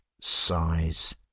size